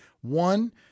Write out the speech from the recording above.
One